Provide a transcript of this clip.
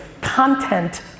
Content